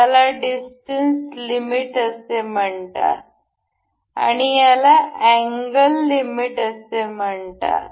याला distance limit असे म्हणतात आणि त्याला अँगल लिमिट असे म्हणतात